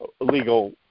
legal